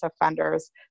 offenders